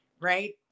right